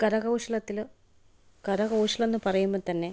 കരകൗശലത്തിൽ കരകൗശലം എന്ന് പറയുമ്പോൾ തന്നെ